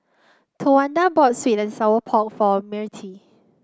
Towanda bought sweet and Sour Pork for Mirtie